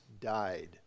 died